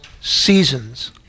seasons